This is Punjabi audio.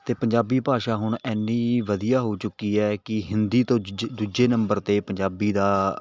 ਅਤੇ ਪੰਜਾਬੀ ਭਾਸ਼ਾ ਹੁਣ ਇੰਨੀ ਵਧੀਆ ਹੋ ਚੁੱਕੀ ਹੈ ਕਿ ਹਿੰਦੀ ਤੋਂ ਦੂਜੇ ਨੰਬਰ 'ਤੇ ਪੰਜਾਬੀ ਦਾ